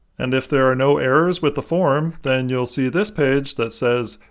and if there are no errors with the form, then you'll see this page that says,